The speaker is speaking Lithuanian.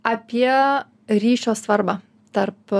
apie ryšio svarbą tarp